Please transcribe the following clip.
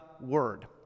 Word